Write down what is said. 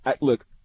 look